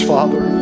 Father